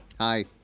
Hi